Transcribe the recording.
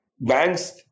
banks